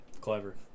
Clever